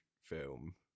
film